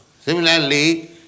Similarly